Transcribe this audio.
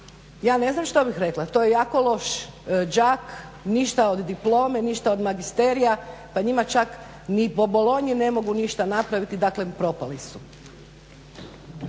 ja ne znam što bih rekla, to je jako loš đak, ništa od diplome, ništa od magisterija pa je njima čak ni po bolonji ne mogu ništa napraviti, dakle propali su.